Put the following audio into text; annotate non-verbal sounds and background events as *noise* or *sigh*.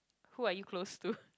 who are you close to *laughs*